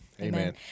Amen